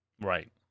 Right